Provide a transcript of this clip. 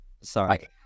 Sorry